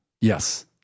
yes